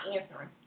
answering